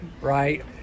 Right